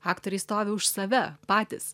aktoriai stovi už save patys